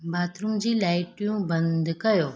bathroom जी लाइटियूं बंदि कयो